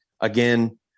again